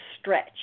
stretch